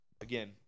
again